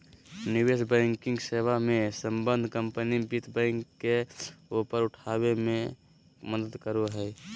निवेश बैंकिंग सेवा मे सम्बद्ध कम्पनी वित्त बैंक के ऊपर उठाबे मे मदद करो हय